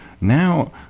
now